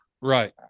Right